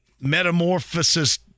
metamorphosis